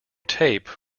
tape